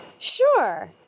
Sure